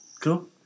Cool